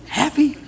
happy